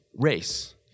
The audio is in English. race